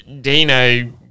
Dino